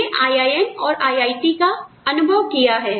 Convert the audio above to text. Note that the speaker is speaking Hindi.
मैंने IIM और IIT का अनुभव किया है